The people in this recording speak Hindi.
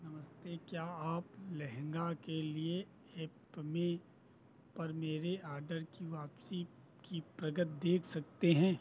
नमस्ते क्या आप लहनगा के लिए एप मे पर मेरे आडर की वापसी की प्रगति देख सकते हैं